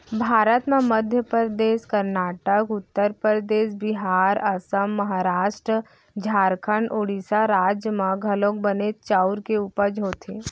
भारत म मध्य परदेस, करनाटक, उत्तर परदेस, बिहार, असम, महारास्ट, झारखंड, ओड़ीसा राज म घलौक बनेच चाँउर के उपज होथे